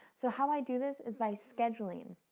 so how i do this is by scheduling.